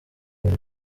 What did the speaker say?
bari